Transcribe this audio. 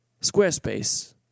Squarespace